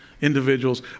individuals